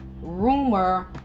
rumor